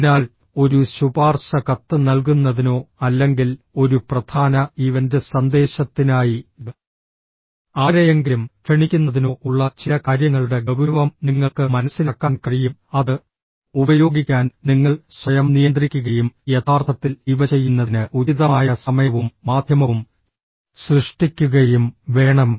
അതിനാൽ ഒരു ശുപാർശ കത്ത് നൽകുന്നതിനോ അല്ലെങ്കിൽ ഒരു പ്രധാന ഇവന്റ് സന്ദേശത്തിനായി ആരെയെങ്കിലും ക്ഷണിക്കുന്നതിനോ ഉള്ള ചില കാര്യങ്ങളുടെ ഗൌരവം നിങ്ങൾക്ക് മനസ്സിലാക്കാൻ കഴിയും അത് ഉപയോഗിക്കാൻ നിങ്ങൾ സ്വയം നിയന്ത്രിക്കുകയും യഥാർത്ഥത്തിൽ ഇവ ചെയ്യുന്നതിന് ഉചിതമായ സമയവും മാധ്യമവും സൃഷ്ടിക്കുകയും വേണം